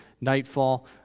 nightfall